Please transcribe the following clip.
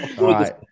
right